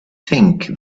think